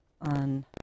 on